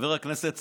חבר הכנסת סעדה,